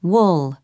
Wool